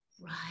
Right